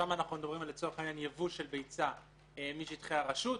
שם אנחנו מדברים על יבוא של ביצים משטחי הרשות,